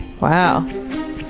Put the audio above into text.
Wow